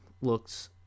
looks